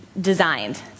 designed